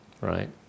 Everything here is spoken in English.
right